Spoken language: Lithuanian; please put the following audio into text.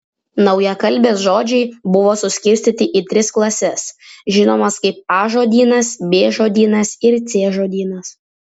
naujakalbės žodžiai buvo suskirstyti į tris klases žinomas kaip a žodynas b žodynas ir c žodynas